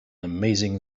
amazing